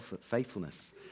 faithfulness